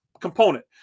component